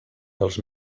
dels